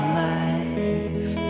life